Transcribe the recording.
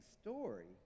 story